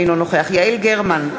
אינו נוכח יעל גרמן,